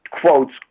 quotes